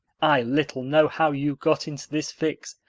i little know how you got into this fix,